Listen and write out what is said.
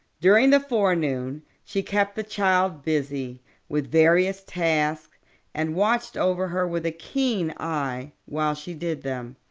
during the forenoon she kept the child busy with various tasks and watched over her with a keen eye while she did them.